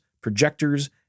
projectors